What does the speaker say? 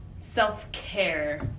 self-care